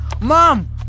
Mom